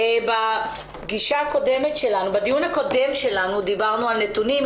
בפגישה הקודמת שלנו דיברנו על נתונים,